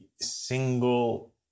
single